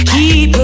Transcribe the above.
Keep